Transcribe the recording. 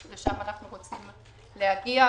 לשם אנחנו רוצים להגיע,